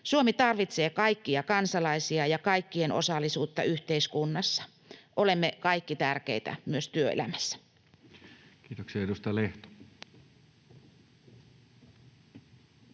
Suomi tarvitsee kaikkia kansalaisia ja kaikkien osallisuutta yhteiskunnassa — olemme kaikki tärkeitä myös työelämässä. [Speech